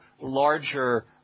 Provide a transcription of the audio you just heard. larger